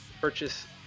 purchase